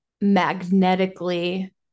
magnetically